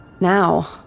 Now